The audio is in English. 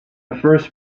first